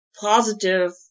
positive